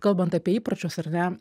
kalbant apie įpročius ar ne